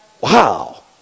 wow